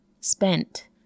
spent